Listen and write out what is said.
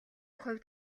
хувьд